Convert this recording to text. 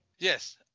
Yes